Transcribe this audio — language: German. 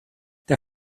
der